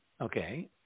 Okay